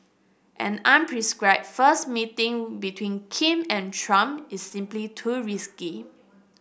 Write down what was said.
an unscripted first meeting between Kim and Trump is simply too risky